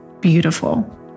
beautiful